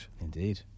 Indeed